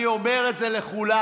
אני אומר את זה לכולם,